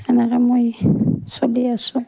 সেনেকৈ মই চলি আছোঁ